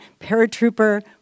paratrooper